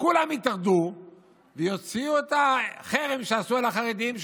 שכולם יתאחדו ויוציאו את החרם שעשו על החרדים,